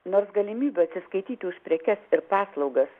nors galimybių atsiskaityti už prekes ir paslaugas